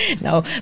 no